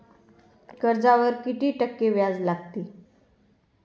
कर्जावर किती टक्के व्याज लागते?